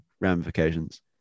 ramifications